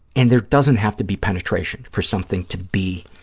and there doesn't have to be penetration for something to be,